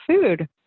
food